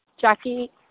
Jackie